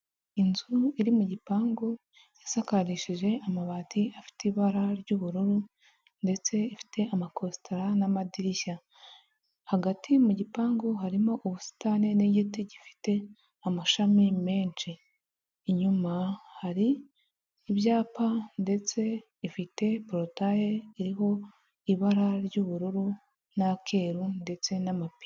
Inzu iri mu gipangu yasakarishije amabati afite ibara ry'ubururu ndetse ifite amakositara n'amadirishya, hagati mu gipangu harimo ubusitani n'igiti gifite amashami menshi inyuma hari ibyapa ndetse ifite porotaye iriho ibara ry'ubururu n'akeru ndetse n'amapine,